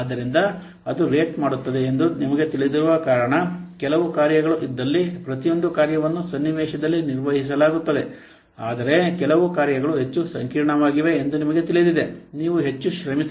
ಆದ್ದರಿಂದ ಅದು ರೇಟ್ ಮಾಡುತ್ತದೆ ಎಂದು ನಿಮಗೆ ತಿಳಿದಿರುವ ಕಾರಣ ಕೆಲವು ಕಾರ್ಯಗಳು ಇದ್ದಲ್ಲಿ ಪ್ರತಿಯೊಂದು ಕಾರ್ಯವನ್ನು ಸನ್ನಿವೇಶದಲ್ಲಿ ನಿರ್ವಹಿಸಲಾಗುತ್ತದೆ ಆದರೆ ಕೆಲವು ಕಾರ್ಯಗಳು ಹೆಚ್ಚು ಸಂಕೀರ್ಣವಾಗಿವೆ ಎಂದು ನಿಮಗೆ ತಿಳಿದಿದೆ ನೀವು ಹೆಚ್ಚು ಶ್ರಮಿಸಬೇಕು